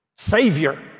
Savior